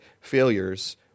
failures